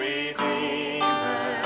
Redeemer